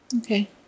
okay